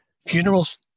Funerals